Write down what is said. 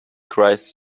christ